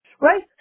Right